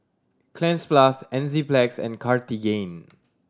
Cleanz Plus Enzyplex and Cartigain